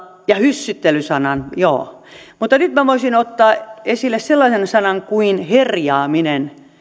ja hyssyttely mutta nyt voisin ottaa esille sellaisen sanan kuin herjaaminen